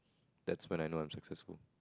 that's when I not successful